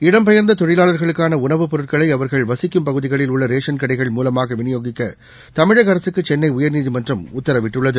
இடம்பெயர்ந்த தொழிலாளர்களுக்கான உணவுப் பொருட்களை அவர்கள் வசிக்கும் பகுதிகளில் உள்ள ரேஷன் கடைகள் மூலமாக விநியோகிக்க தமிழக அரசுக்கு சென்னை உயர்நீதிமன்றம் உத்தரவிட்டுள்ளது